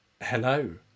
Hello